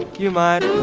you might